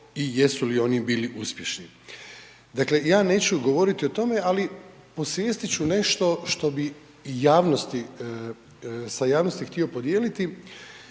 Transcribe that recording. i jesu li oni bili uspješni. Dakle ja neću govoriti o tome ali osvijestiti ću nešto što bih i javnosti, sa javnosti htio podijeliti.